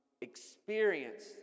experience